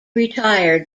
retired